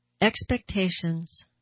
expectations